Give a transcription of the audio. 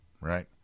right